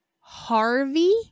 Harvey